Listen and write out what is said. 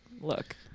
look